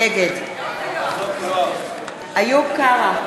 נגד איוב קרא,